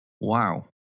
Wow